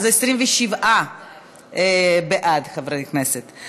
אז 27 חברי כנסת בעד.